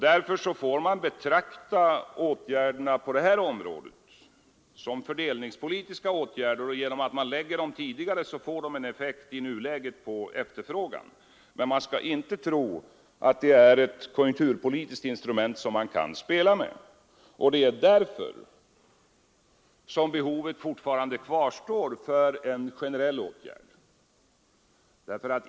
Därför får man betrakta åtgärderna på detta område som fördelningspolitiska åtgärder, och genom att de sätts in tidigare får de i nuläget effekt på efterfrågan. Men man skall inte tro att de är ett konjunkturpolitiskt instrument som man kan spela med. Det är därför som behovet av en generell åtgärd kvarstår.